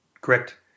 correct